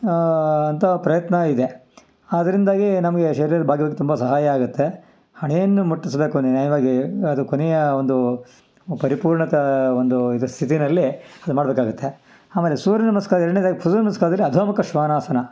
ಅಂತ ಪ್ರಯತ್ನ ಇದೆ ಆದ್ದರಿಂದಾಗಿ ನಮಗೆ ಶರೀರ ಬಾಗುವಿಕೆ ತುಂಬ ಸಹಾಯ ಆಗತ್ತೆ ಹಣೆಯನ್ನು ಮುಟ್ಟಿಸಬೇಕು ನ್ಯಾಯವಾಗಿ ಅದು ಕೊನೆಯ ಒಂದು ಪರಿಪೂರ್ಣತೆ ಒಂದು ಇದರ ಸ್ಥಿತಿನಲ್ಲಿ ಇದು ಮಾಡಬೇಕಾಗತ್ತೆ ಆಮೇಲೆ ಸೂರ್ಯ ನಮಸ್ಕಾರ ಎರಡನೇದಾಗಿ ಸೂರ್ಯ ನಮಸ್ಕಾರದಲ್ಲಿ ಅಧೋಮುಖ ಶ್ವಾನಾಸನ